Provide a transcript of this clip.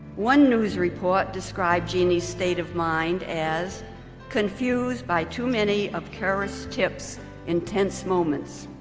one news report described jeanne's state of mind as confused by too many of kouros tips intense moments.